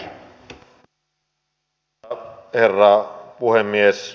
arvoisa herra puhemies